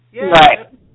Right